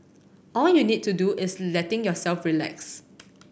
all you need to do is letting yourself relax